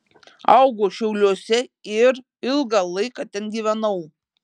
augau šiauliuose ir ilgą laiką ten gyvenau